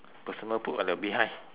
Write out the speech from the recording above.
personal put at the behind